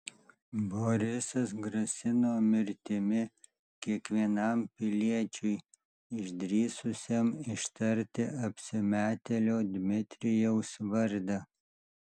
borisas grasino mirtimi kiekvienam piliečiui išdrįsusiam ištarti apsimetėlio dmitrijaus vardą